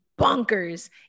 bonkers